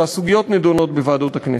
שהסוגיות נדונות בוועדות הכנסת.